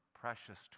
precious